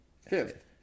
Fifth